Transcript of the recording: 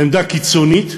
עמדה קיצונית,